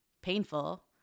painful